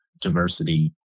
diversity